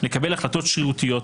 לקבל החלטות שרירותיות,